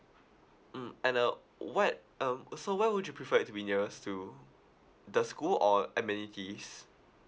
mm and uh what um also what would you prefer it to be nearest to the school or amenities